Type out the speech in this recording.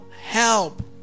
help